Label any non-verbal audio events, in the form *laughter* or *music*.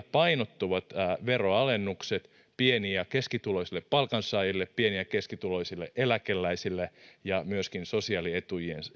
*unintelligible* painottuvat veroalennukset pieni ja keskituloisille palkansaajille pieni ja keskituloisille eläkeläisille ja myöskin sosiaalietuuksien